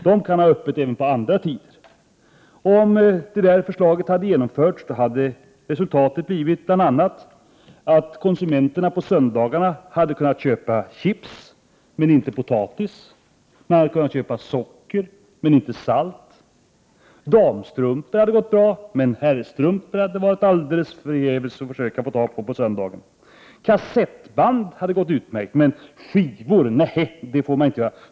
De kan ha öppet även på andra tider. Om det förslaget hade genomförts hade resultatet bl.a. blivit att konsumenterna på söndagarna hade kunnat köpa chips, men inte potatis. De hade kunnat köpa socker, men inte salt. Damstrumpor hade gått bra, men herrstrumpor hade man fått försöka alldeles förgäves att få tag i på söndagen. Kassettband hade gått utmärkt, men skivor — nej, det hade man inte fått köpa.